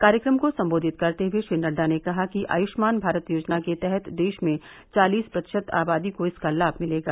कार्यक्रम को संबोधित करते हुए श्री नड्डा ने कहा कि आयुष्मान भारत योजना के तहत देश में चालीस प्रतिशत आबादी को इसका लाभ मिलेगा